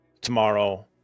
tomorrow